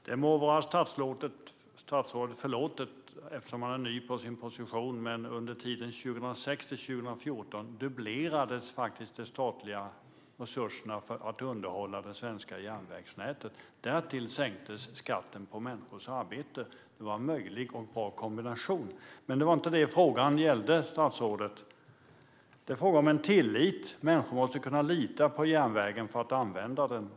Fru talman! Det må vara statsrådet förlåtet eftersom han är ny på sin position, men under tiden 2006-2014 dubblerades faktiskt de statliga resurserna för att underhålla det svenska järnvägsnätet. Därtill sänktes skatten på människors arbete. Det var en möjlig och bra kombination. Men det var inte detta som frågan gällde, statsrådet. Det handlar om tillit. Människor måste kunna lita på järnvägen för att använda den.